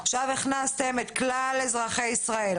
עכשיו הכנסתם את כלל אזרחי ישראל,